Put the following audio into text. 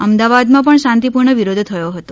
અમદાવાદમાં પણ શાંતિ પૂર્ણ વિરોધ થયો હતો